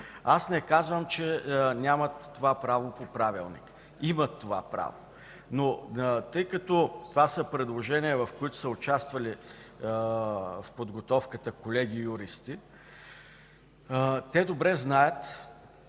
Аз не казвам, че нямат това право по Правилник. Имат това право, но тъй като това са предложения, в чиято подготовка са участвали колеги юристи, те добре знаят